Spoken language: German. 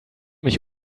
mich